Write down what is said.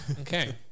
Okay